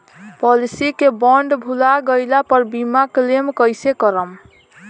Policy के bond भुला गैला पर बीमा क्लेम कईसे करम?